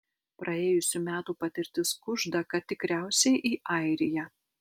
praėjusių metų patirtis kužda kad tikriausiai į airiją